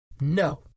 No